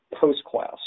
post-class